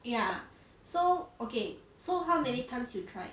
ya so okay so how many times you tried